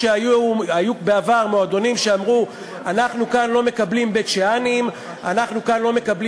פעם זה היה מקובל, הפרוגרסיבים העצמאים, הליברלים